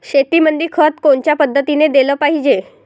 शेतीमंदी खत कोनच्या पद्धतीने देलं पाहिजे?